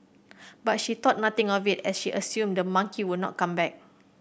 but she thought nothing of it as she assumed the monkey would not come back